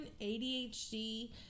ADHD